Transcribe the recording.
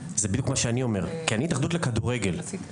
אז בפועל הייתי צריכה לעשות איתו אימונים